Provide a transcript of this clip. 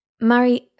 Mary